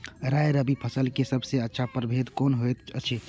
राय रबि फसल के सबसे अच्छा परभेद कोन होयत अछि?